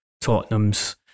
Tottenham's